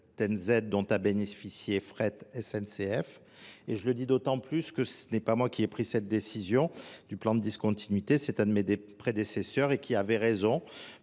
aides dont a bénéficié fret SNCF. Et je le dis d'autant plus que ce n'est pas moi qui ai pris cette décision du plan de discontinuité, c'est un de mes prédécesseurs et qui avait raison,